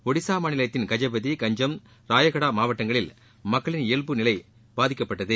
ஒடிசா மாநிலத்தின் கஜபதி கஞ்சம் ராய்கடா மாவட்டங்களில் மக்களின் இயவ்பு நிலை பாதிக்கப்பட்டது